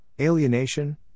alienation